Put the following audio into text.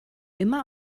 immer